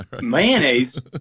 Mayonnaise